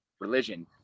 religion